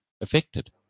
affected